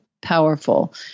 powerful